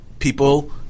People